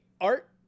art